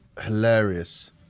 hilarious